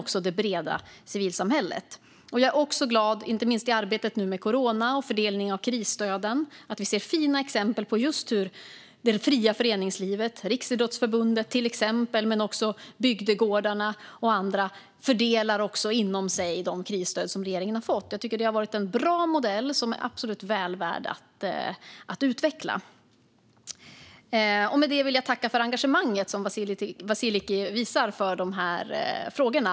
När det gäller arbetet med corona är jag också glad över de fina exempel vi ser på hur just det fria föreningslivet - Riksidrottsförbundet, bygdegårdar och andra - fördelar krisstöden inom föreningarna. Jag tycker att det har varit en bra modell som absolut är väl värd att utveckla. Med detta vill jag tacka för engagemanget som Vasiliki Tsouplaki visar för dessa frågor.